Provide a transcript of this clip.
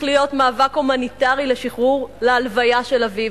להיות מאבק הומניטרי לשחרור להלוויה של אביו,